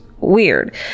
Weird